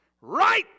Right